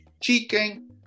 chicken